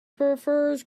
prefers